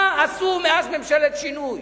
מה עשו מאז ממשלת שינוי?